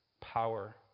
power